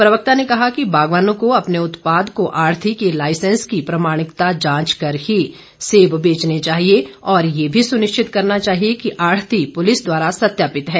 प्रवक्ता ने कहा कि बागवानों को अपने उत्पाद को आढ़ती के लाइसेंस की प्रमाणिकता जांच कर ही सेब बेचने चाहिए और ये भी सुनिश्चित करना चाहिए कि आढ़ती पूलिस द्वारा सत्यापित है